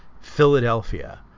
Philadelphia